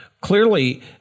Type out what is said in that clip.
clearly